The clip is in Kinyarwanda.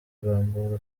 kurambura